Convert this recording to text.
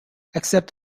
except